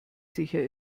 sicher